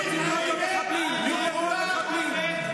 מ-7 באוקטובר?